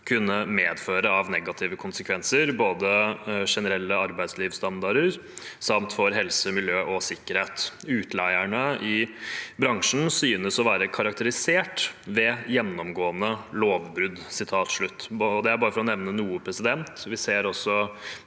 kunne medføre av negative konsekvenser for både generelle arbeidslivsstandarder samt for helse, miljø og sikkerhet. Utleierne i bransjen synes å være karakterisert ved gjennomgående lovbrudd. – Og det er bare for å nevne noe. Vi ser